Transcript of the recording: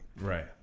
Right